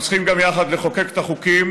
אנחנו צריכים גם יחד לחוקק את החוקים